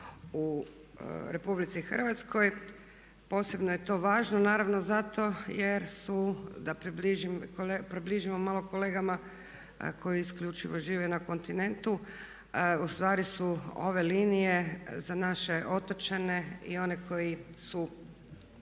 u RH. Posebno je to važno naravno zato jer su da približimo malo kolegama koji isključivo žive na kontinentu, ustvari su ove linije za naše otočane i one koji su